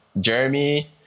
Jeremy